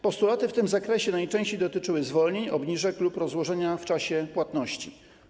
Postulaty w tym zakresie najczęściej dotyczyły zwolnień, obniżek lub rozłożenia w czasie płatności.